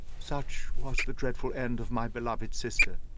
such was the dreadful end of my beloved sister.